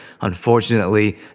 Unfortunately